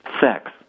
sex